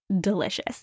delicious